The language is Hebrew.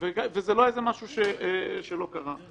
וזה לא איזה משהו שלא קרה.